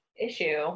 issue